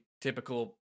typical